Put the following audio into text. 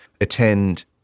attend